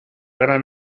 gran